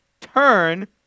Turn